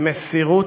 במסירות,